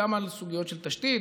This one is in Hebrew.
גם על סוגיות של תשתית,